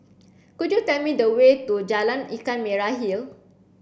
could you tell me the way to Jalan Ikan Merah Hill